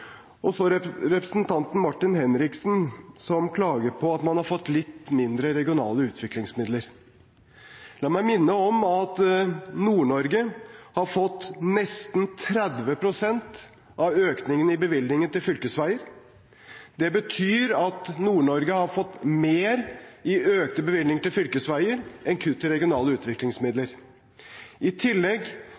Så til representanten Martin Henriksen, som klager på at man har fått litt mindre regionale utviklingsmidler: La meg minne om at Nord-Norge har fått nesten 30 pst. av økningen i bevilgningen til fylkesveier. Det betyr at Nord-Norge har fått mer i økte bevilgninger til fylkesveier enn kutt i regionale utviklingsmidler. I tillegg